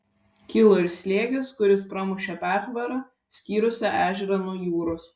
kilo ir slėgis kuris pramušė pertvarą skyrusią ežerą nuo jūros